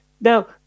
Now